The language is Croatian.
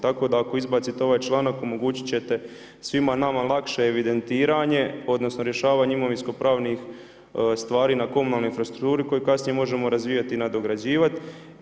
Tako da ako izbacite ovaj članak omogućiti ćete svima nama lakše evidentiranje, odnosno rješavanje imovinsko pravnih stvari na komunalnoj infrastrukturi koju kasnije možemo razvijati i nadograđivati.